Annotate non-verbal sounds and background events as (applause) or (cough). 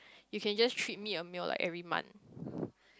you can just treat me a meal like every month (breath)